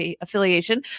affiliation